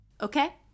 Okay